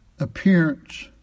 Appearance